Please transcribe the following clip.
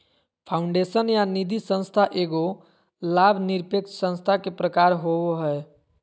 foundation या निधिसंस्था एगो लाभ निरपेक्ष संस्था के प्रकार होवो हय